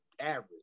average